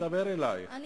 אני מדבר אלייך, גברתי.